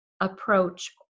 approach